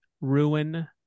ruin